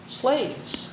slaves